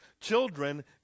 children